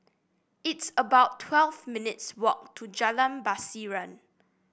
it's about twelve minutes' walk to Jalan Pasiran